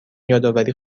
یادآوری